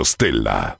Stella